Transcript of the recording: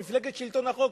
מפלגת שלטון החוק,